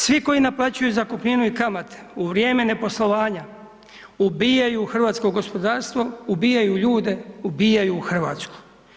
Svi koji naplaćuju zakupninu i kamate u vrijeme neposlovanja, ubijaju hrvatsko gospodarstvo, ubijaju ljude, ubijaju Hrvatsku.